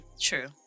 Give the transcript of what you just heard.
True